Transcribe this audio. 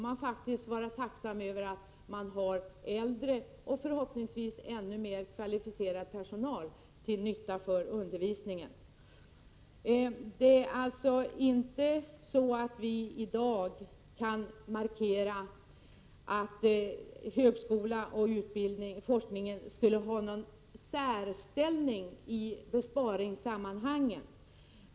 Man får vara tacksam för att det finns äldre och förhoppningsvis kvalificerad personal till gagn för undervisningen. Vi kan således inte i dag hävda att högskolan och forskningen har en särställning i besparingssammanhang.